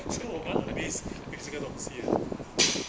so 我 learn a bit 是这个东西 ah